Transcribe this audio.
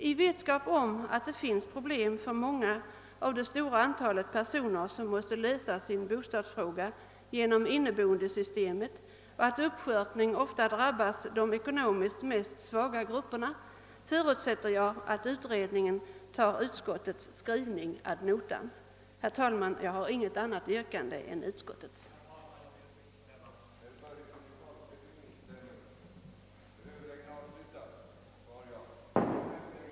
I vetskap om att det finns problem för många av det stora antal. personer, som måste lösa sin bostadsfråga genom inneboendesystemet och att uppskörtning ofta drabbar de ekonomiskt mest svaga grupperna, förutsätter jag att utredningen tar utskottets: skrivning ad notam. Herr talman! Jag har inte något annat yrkande än bifall till utskottets förslag.